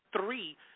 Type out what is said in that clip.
three